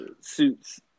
suits